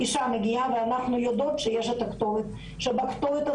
רשות ההגירה והאוכלוסין כתב נוהל ייעודי